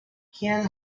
ken